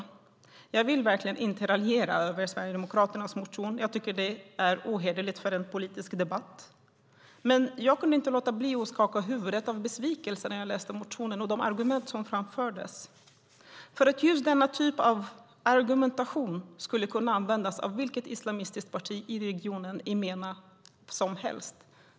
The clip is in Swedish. Jag vill verkligen inte raljera över Sverigedemokraternas motion, för jag tycker att det är ohederligt att göra så i en politisk debatt. Men jag kunde inte låta bli att skaka på huvudet i besvikelse när jag läste motionen och de argument som framfördes. Just denna typ av argumentation skulle nämligen kunna användas av vilket islamistiskt parti som helst i regionen.